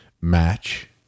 match